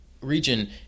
region